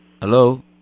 hello